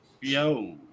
Yo